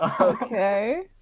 Okay